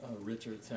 Richard